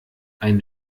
ein